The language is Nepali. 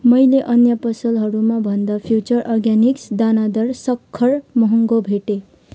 मैले अन्य पसलहरूमा भन्दा फ्युचर अर्ग्यानिक्स दानादार सक्खर महँगो भेटेँ